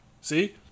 See